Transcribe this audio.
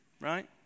Right